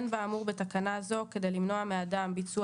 אין באמור בתקנה זו כדי למנוע מאדם ביצוע